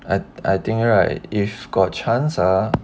I I think right if got chance ah